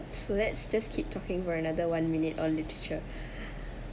so let's just keep talking for another one minute on literature